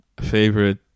favorite